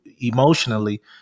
emotionally